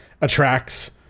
attracts